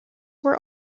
were